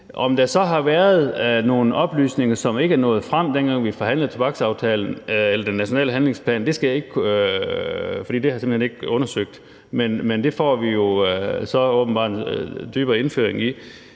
Om der så har været nogle oplysninger, som ikke er nået frem, dengang vi forhandlede om den nationale handlingsplan, skal jeg ikke kunne sige, for det har jeg simpelt hen ikke undersøgt. Det får vi jo så åbenbart en nærmere indføring i.